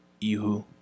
ihu